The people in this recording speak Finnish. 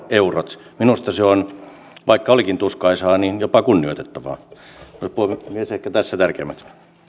suomalaiset veroeurot minusta se on vaikka olikin tuskaisaa jopa kunnioitettavaa puhemies puhemies ehkä tässä tärkeimmät